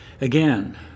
Again